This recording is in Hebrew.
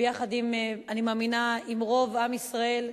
ביחד עם, אני מאמינה, עם רוב עם ישראל,